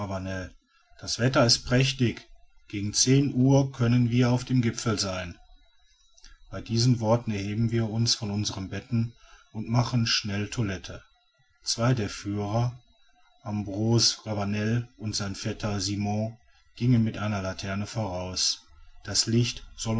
das wetter ist prächtig gegen zehn uhr können wir auf dem gipfel sein bei diesen worten erheben wir uns von unseren betten und machen schnell toilette zwei der führer ambroise ravanel und sein vetter simon gingen mit einer laterne voraus das licht